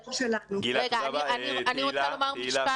רגע, אני רוצה לומר משפט